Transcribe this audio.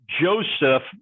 Joseph